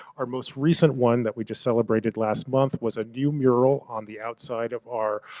our most recent one that we just celebrated last month was a new mural on the outside of our